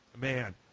man